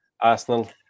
Arsenal